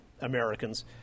Americans